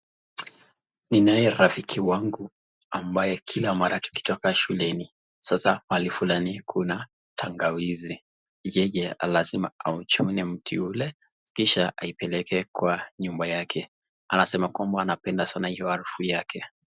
Ni naye rafiki wangu ambaye kila mara tukitoka shuleni sasa mahali fulani kuna tangawizi yeye lazima auchune mti ule kisha aipeleke kwa nyuma yake anasema kwamba anapenda sana hiyo harufu yake.